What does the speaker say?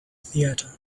theater